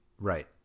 right